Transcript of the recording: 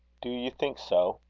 do you think so?